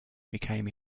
became